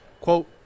Quote